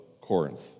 Corinth